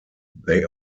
they